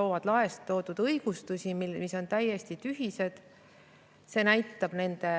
toovad laest toodud õigustusi, mis on täiesti tühised, näitab nende